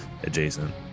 adjacent